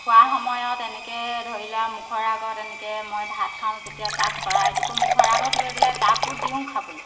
খোৱা সময়ত এনেকৈ ধৰি লোৱা মুখৰ আগত এনেকৈ মই ভাত খাওঁ যেতিয়া তাক চৰাইটোকো মুখৰ আগত লৈ পেলাই তাকো দিওঁ খাবলৈ